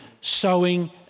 sowing